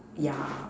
yeah